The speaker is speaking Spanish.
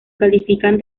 califican